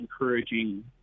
encouraging